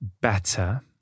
better